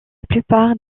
plupart